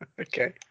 Okay